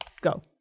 go